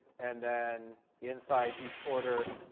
and then inside each order,